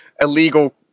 illegal